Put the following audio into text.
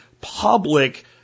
public